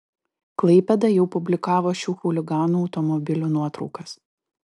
klaipėda jau publikavo šių chuliganų automobilių nuotraukas